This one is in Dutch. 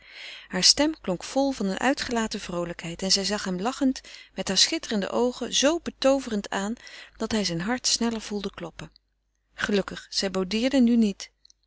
haar stem klonk vol van een uitgelaten vroolijkheid en zij zag hem lachend met haar schitterende oogen zoo betooverend aan dat hij zijn hart sneller voelde kloppen gelukkig zij boudeerde nu niet